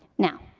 now,